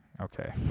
okay